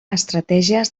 estratègies